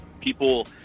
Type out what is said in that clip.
people